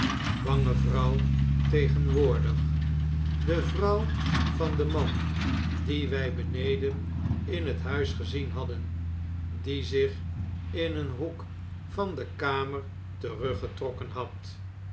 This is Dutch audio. bange vrouw tegenwoordig de vrouw van den man dien wy beneden in het huis gezien hadden die zich in een hoek van de kamer teruggetrokken had